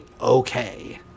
okay